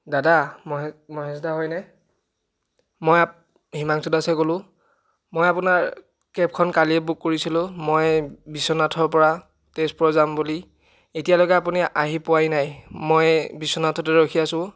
দাদা মহে মহেশ দা হয়নে মই আপ হিমাংশু দাসে ক'লোঁ মই আপোনাৰ কেবখন কালিয়ে বুক কৰিছিলোঁ মই বিশ্বনাথৰ পৰা তেজপুৰ যাম বুলি এতিয়ালৈকে আপুনি আহি পোৱাই নাই মই বিশ্বনাথতে ৰখি আছোঁ